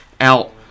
out